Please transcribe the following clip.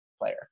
player